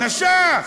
נשך.